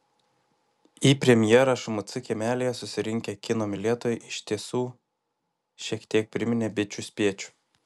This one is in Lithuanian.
į premjerą šmc kiemelyje susirinkę kino mylėtojai iš tiesų šiek tiek priminė bičių spiečių